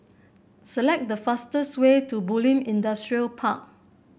select the fastest way to Bulim Industrial Park